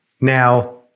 Now